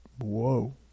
Whoa